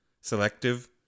selective